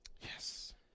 Yes